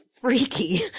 freaky